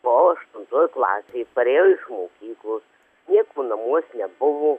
buvau aštuntoj klasėj parėjau iš mokyklos nieko namuos nebuvo